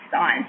on